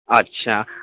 اچھا